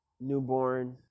newborn